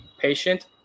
patient